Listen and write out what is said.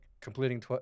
completing